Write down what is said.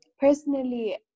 personally